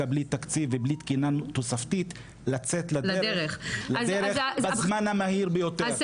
בלי תקציב ובלי תקינה תוספתית לצאת לדרך בזמן המהיר ביותר.